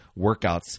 workouts